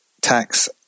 tax